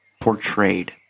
portrayed